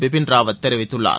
பிபின் ராவத் தெரிவித்துள்ளார்